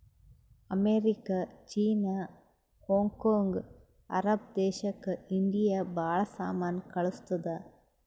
America, China, Hong Kong, Arab ದೇಶಕ್ India ಭಾಳ ಸಾಮಾನ್ ಕಳ್ಸುತ್ತುದ್